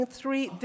three